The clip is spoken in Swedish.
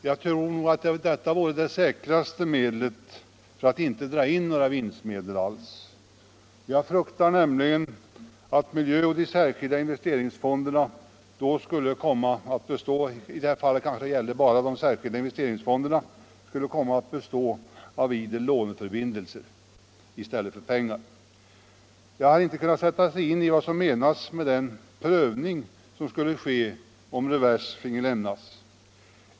Jag tror att detta vore det säkraste sättet att inte dra in några vinstmedel alls. Jag fruktar nämligen att arbetsmiljöfonderna och de särskilda investeringsfonderna — i det här fallet kanske bara de senare — då skulle komma att bestå av idel låneförbindelser i stället för pengar. Jag har inte kunnat sätta mig in i vad som menas med den prövning som skulle ske om revers finge lämnas.